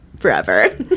forever